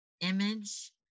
image